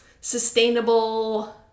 sustainable